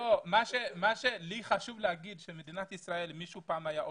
מה שלי חשוב להגיד שבמדינת ישראל מישהו פעם היה עולה,